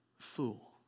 fool